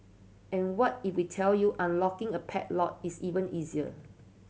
and what if we tell you unlocking a padlock is even easier